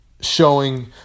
showing